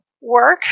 work